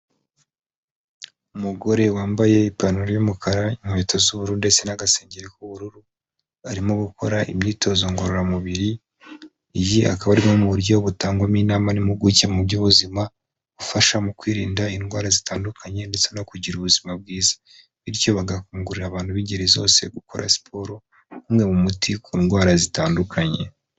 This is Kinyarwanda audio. Umugore wambaye ipantaro y'umukara, inkweto z'ubururu ndetse n'agasengeri k'ubururu arimo gukora imyitozo ngororamubiri. Iyi akaba ari imwe mu buryo butangwamo inama n'impuguke mu by'ubuzima bufasha mu kwirinda indwara zitandukanye ndetse no kugira ubuzima bwiza. Bityo bagakangurira abantu b'ingeri zose gukora siporo nk'imwe mu muti ku ndwara zitandukanye.